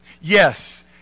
Yes